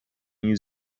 new